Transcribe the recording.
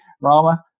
Rama